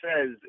says